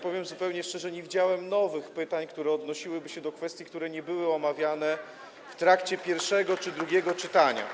Powiem zupełnie szczerze, że nie słyszałem nowych pytań, które odnosiłyby się do kwestii, które nie były omawiane w trakcie pierwszego czy drugiego czytania.